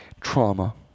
Trauma